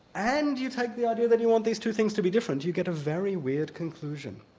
and you take the idea that you want these two things to be different, you get a very weird conclusion.